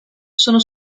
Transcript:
sono